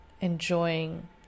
enjoying